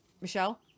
Michelle